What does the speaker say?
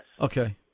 Okay